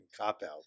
cop-out